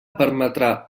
permetrà